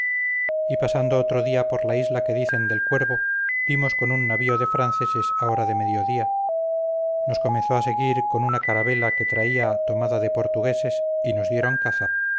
y pasando otro día por la isla que dicen del cuervo dimos con un navío de franceses a hora de mediodía nos comenzó a seguir con una carabela que traía tomada de portugueses y nos dieron caza